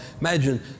Imagine